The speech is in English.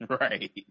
Right